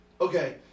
Okay